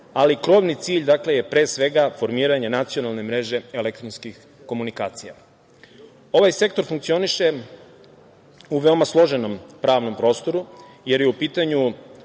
ali krovni cilj je pre svega formiranje nacionalne mreže elektronskih komunikacija. Ovaj sektor funkcioniše u veoma složenom pravnom prostoru, jer je u pitanju